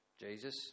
Jesus